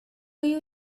you